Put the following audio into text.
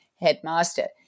headmaster